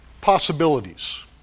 possibilities